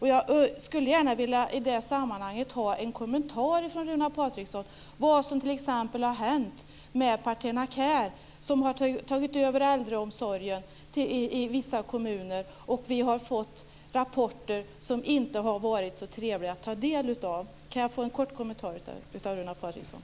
I det sammanhanget skulle jag vilja ha en kommentar från Runar Patriksson t.ex. om vad som har hänt med Partena Care som tagit över äldreomsorgen i vissa kommuner. Vi har ju fått rapporter som det inte varit så trevligt att ta del av. Jag undrar alltså om jag kan få en kort kommentar från Runar Patriksson.